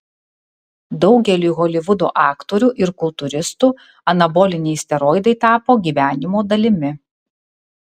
daugeliui holivudo aktorių ir kultūristų anaboliniai steroidai tapo gyvenimo dalimi